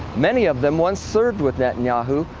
many of them once served with netanyahu.